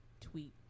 tweet